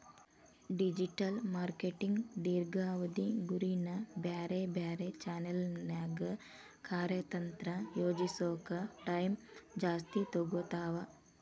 digital marketing ದೇರ್ಘಾವಧಿ ಗುರಿನ ಬ್ಯಾರೆ ಬ್ಯಾರೆ ಚಾನೆಲ್ನ್ಯಾಗ ಕಾರ್ಯತಂತ್ರ ಯೋಜಿಸೋಕ ಟೈಮ್ ಜಾಸ್ತಿ ತೊಗೊತಾವ